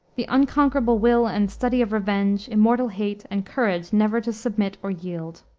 the unconquerable will and study of revenge, immortal hate, and courage never to submit or yield.